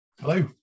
Hello